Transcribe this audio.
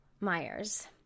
Myers